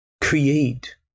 create